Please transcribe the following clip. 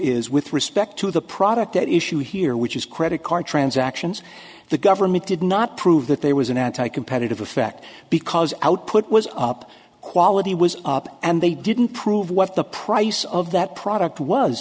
is with respect to the product at issue here which is credit card transactions the government did not prove that there was an anti competitive effect because output was up quality was up and they didn't prove what the price of that product was